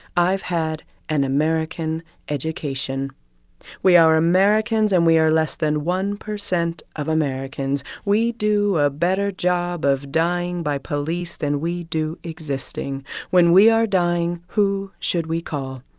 i've had an american education we are americans, and we are less than one percent of americans. we do a better job of dying by police than we do existing when we are dying, who should we call?